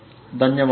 ధన్యవాదాలు